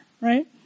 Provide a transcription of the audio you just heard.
right